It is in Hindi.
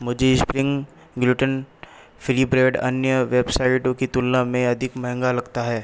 मुझे स्प्रिंग ग्लूटेन फ्री ब्रेड अन्य वेबसाइटों की तुलना में अधिक महंगा लगता है